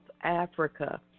Africa